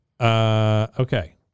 Okay